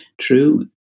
true